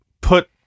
put